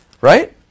right